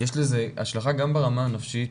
יש לזה השלכה גם ברמה הנפשית,